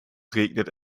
regnet